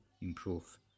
improve